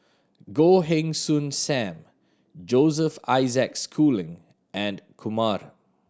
Goh Heng Soon Sam Joseph Isaac Schooling and Kumar